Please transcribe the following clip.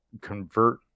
convert